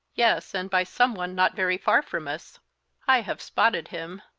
yes, and by some one not very far from us i have spotted him,